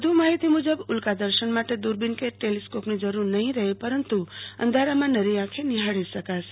વધુ માહિતી મુજબ ઉલ્કા દર્શન માટે ટેલિસ્કોપ કે દુરબિનની જરૂર નહી રહે પરંતુ અંધારામાં નરી આંખે નિહાળી શકાશે